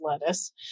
lettuce